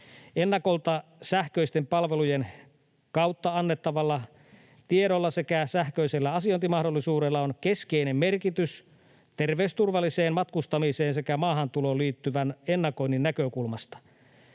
Ennakolta sähköisten palvelujen kautta annettavalla tiedolla sekä sähköisellä asiointimahdollisuudella on keskeinen merkitys terveysturvallisen matkustamisen sekä maahantuloon liittyvän ennakoinnin näkökulmasta.